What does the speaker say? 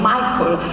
Michael